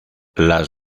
las